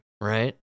right